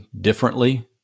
differently